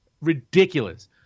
Ridiculous